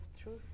truth